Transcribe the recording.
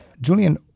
Julian